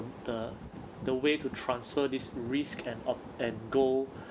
the the way to transfer this risk and opt and go